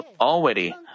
already